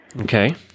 Okay